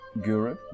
guru